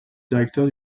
directeur